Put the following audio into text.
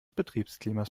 betriebsklimas